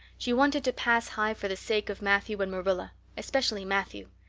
she wanted to pass high for the sake of matthew and marilla especially matthew.